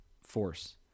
force